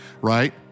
right